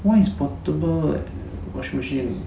what is portable washing machine